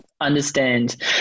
understand